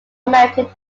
american